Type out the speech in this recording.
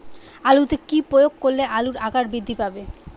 আলুতে কি প্রয়োগ করলে আলুর আকার বৃদ্ধি পাবে?